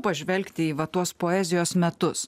pažvelgti į va tuos poezijos metus